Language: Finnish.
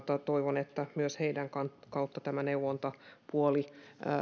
toivon että myös heidän kauttaan tämä neuvontapuoli